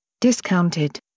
discounted